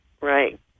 Right